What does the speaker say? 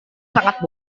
sangat